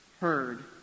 heard